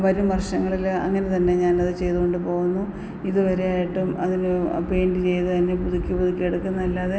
വരും വർഷങ്ങളിൽ അങ്ങനെതന്നെ ഞാനത് ചെയ്തു കൊണ്ടു പോകുന്നു ഇതുവരെ ആയിട്ടും അതിന് പെയ്ൻ്റ് ചെയ്ത് അതിനെ പുതുക്കി പുതുക്കിയെടുക്കുന്നതല്ലാതെ